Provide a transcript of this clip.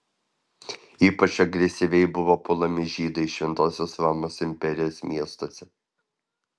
ypač agresyviai buvo puolami žydai šventosios romos imperijos miestuose